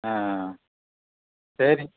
ஆ ஆ சரி